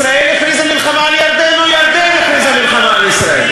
ישראל הכריזה מלחמה על ירדן או ירדן הכריזה מלחמה על ישראל?